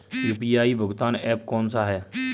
UPI भुगतान app कौन सा है?